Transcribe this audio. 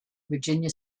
virginia